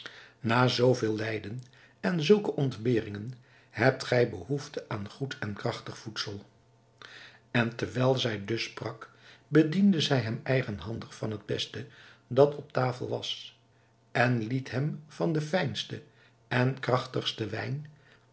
na zoo veel lijden en zulke ontberingen hebt gij behoefte aan goed en krachtig voedsel en terwijl zij dus sprak bediende zij hem eigenhandig van het beste dat op tafel was en liet hem van den fijnsten en krachtigsten wijn